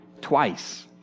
twice